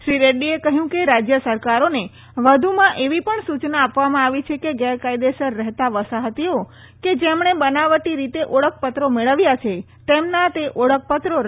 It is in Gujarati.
શ્રી રેડ્રીએ કહયું કે રાજય સરકારોને વ્ધુમાં એવી પણ સુચના આપવામાં આવી છે કે ગેરકાયદેસર રહેતા વસાહતીઓ કે જેમણે બનાવટી રીતે ઓળખપત્રો મેળવ્યા છે તેમના તે ઓળખપત્રો રદ કરવામાં આવે